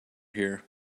here